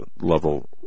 level